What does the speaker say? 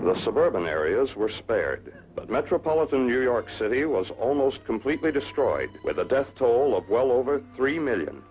the suburban areas were spared but metropolitan new york city was almost completely destroyed with a death toll of well over three million